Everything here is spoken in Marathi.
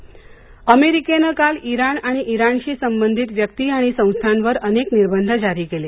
इराण निर्बंध अमेरिकेनं काल इराण आणि इराणशी संबंधित व्यक्ती आणि संस्थांवर अनेक निर्बंध जारी केले